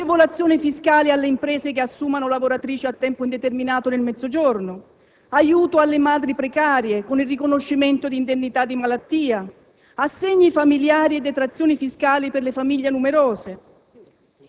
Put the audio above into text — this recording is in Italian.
agevolazioni fiscali alle imprese che assumano lavoratrici a tempo indeterminato nel Mezzogiorno; aiuto alle madri precarie, con il riconoscimento di indennità di malattia; assegni familiari e detrazioni fiscali per le famiglie numerose;